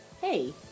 hey